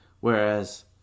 whereas